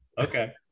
Okay